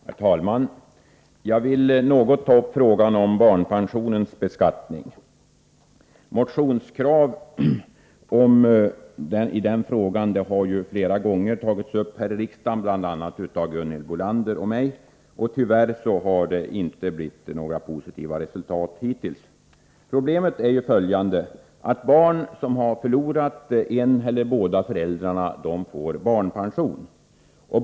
Herr talman! Jag vill något beröra frågan om barnpensionens beskattning. Motionskrav i den frågan har tagits upp flera gånger här i riksdagen, bl.a. av Gunhild Bolander och mig. Tyvärr har det inte blivit några positiva resultat hittills. Problemet är följande. Barn som har förlorat en av eller båda föräldrarna får barnpension.